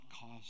cause